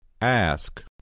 Ask